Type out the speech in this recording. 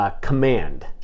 Command